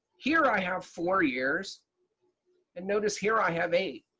here i have four years and notice here i have eight.